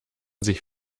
sich